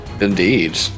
Indeed